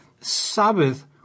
Sabbath